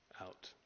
out